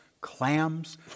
clams